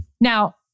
Now